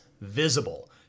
visible